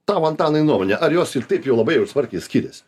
tavo antanai nuomone ar jos ir taip jau labai jau smarkiai skiriasi